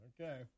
Okay